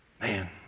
Man